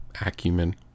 acumen